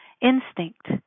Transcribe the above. instinct